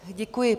Děkuji.